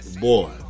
boy